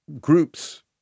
groups